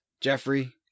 Jeffrey